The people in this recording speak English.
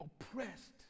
oppressed